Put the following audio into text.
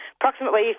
Approximately